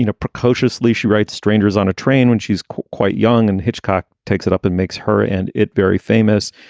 you know precociously. she writes strangers on a train when she is quite young. and hitchcock takes it up and makes her and it very famous.